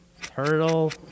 Turtle